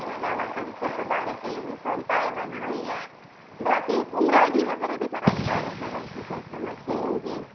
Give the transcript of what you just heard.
है न उहो त हुते त ॿार खे युनिफॉम पाए वञणो ई आए बाकी एम्ब्रॉइडरी वग़ैरह बि कराईंदा आहियो छा हल्की फ़ुल्की मशीन जी